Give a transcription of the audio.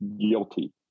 guilty